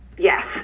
Yes